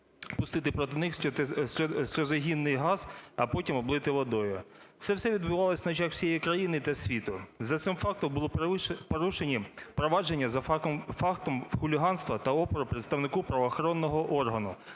пустити проти них сльозогінний газ, а потім облити водою. Все це відбувалося на очах всієї країни та світу. За цим фактом було порушені провадження за фактом хуліганства та опору представнику правоохоронного органу,